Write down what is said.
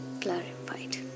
clarified